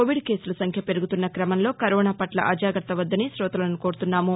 Covid కేసుల సంఖ్య పెరుగుతున్న క్రమంలో కరోనాపట్ల అజాగ్రత్త వద్దని కోతలను కోరుతున్నాము